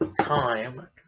time